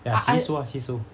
ya 习俗啊习俗